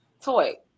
toy